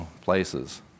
places